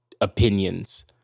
opinions